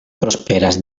prosperas